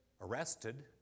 arrested